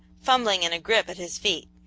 fumbling in a grip at his feet.